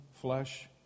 flesh